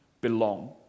belong